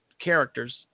characters